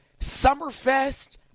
Summerfest